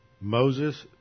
Moses